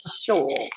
sure